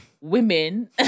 women